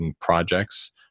projects